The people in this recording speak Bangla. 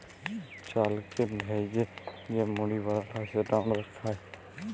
চালকে ভ্যাইজে যে মুড়ি বালাল হ্যয় যেট আমরা খাই